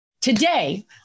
today